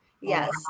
yes